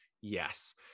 Yes